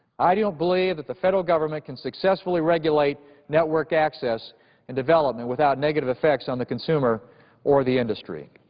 i don't believe that the federal government can successfully regulate network access and development without negative effects on the consumer or the industry.